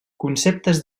conceptes